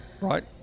Right